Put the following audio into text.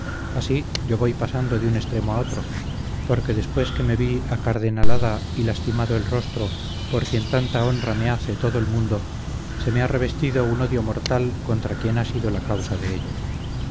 así yo voy pasando de un extremo a otro porque después que me vi acardenalada y lastimado el rostro por quien tanta honra me hace todo el mundo se me ha revestido un odio mortal contra quien ha sido la causa de ello